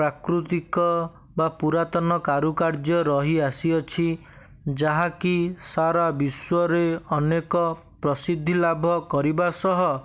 ପ୍ରାକୃତିକ ବା ପୁରାତନ କାରୁକାର୍ଯ୍ୟ ରହି ଆସିଅଛି ଯାହାକି ସାରା ବିଶ୍ୱରେ ଅନେକ ପ୍ରସିଦ୍ଧି ଲାଭ କରିବା ସହ